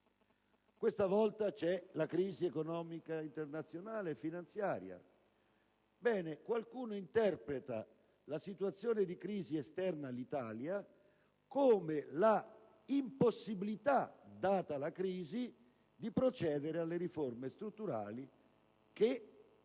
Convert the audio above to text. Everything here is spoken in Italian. questa volta c'è la crisi economico-finanziaria internazionale. Bene, qualcuno interpreta la situazione di crisi esterna all'Italia come la impossibilità, data la crisi, di procedere alle riforme strutturali che